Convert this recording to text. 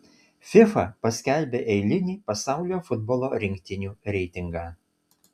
fifa paskelbė eilinį pasaulio futbolo rinktinių reitingą